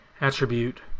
attribute